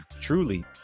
truly